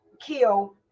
kill